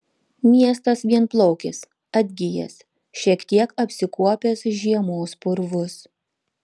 miestas vienplaukis atgijęs šiek tiek apsikuopęs žiemos purvus